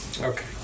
Okay